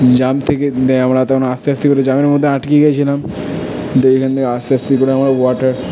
jam থেকে আমরা তখন আস্তে আস্তে করে জ্যামের মধ্যে আটকে গেছিলাম তো ওইখান থেকে আস্তে আস্তে করে আমরা ওয়াটার